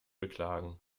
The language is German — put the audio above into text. beklagen